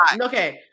Okay